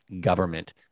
government